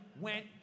went